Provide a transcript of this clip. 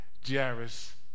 Jairus